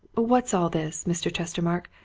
what's all this, mr. chestermarke?